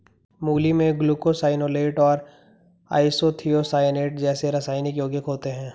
मूली में ग्लूकोसाइनोलेट और आइसोथियोसाइनेट जैसे रासायनिक यौगिक होते है